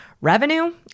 revenue